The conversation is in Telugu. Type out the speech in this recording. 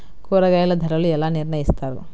కూరగాయల ధరలు ఎలా నిర్ణయిస్తారు?